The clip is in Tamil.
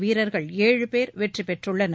வீரர்கள் ஏழு பேர் வெற்றி பெற்றுள்ளனர்